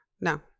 No